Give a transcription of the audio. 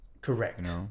Correct